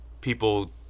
people